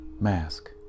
mask